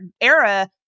era